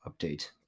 Update